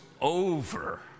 over